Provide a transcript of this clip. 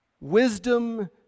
wisdom